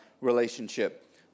relationship